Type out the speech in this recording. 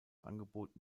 angebot